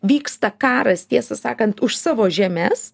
vyksta karas tiesą sakant už savo žemes